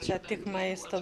čia tik maisto